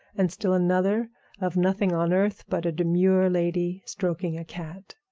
and still another of nothing on earth but a demure lady stroking a cat.